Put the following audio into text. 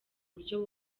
buryo